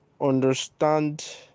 understand